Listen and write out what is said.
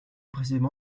précisément